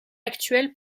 actuel